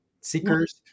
seekers